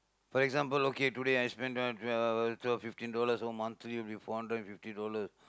for example okay today I spend twelve fifteen dollars so monthly will be four hundred and fifty dollars